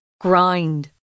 grind